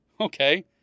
Okay